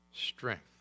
strength